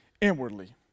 inwardly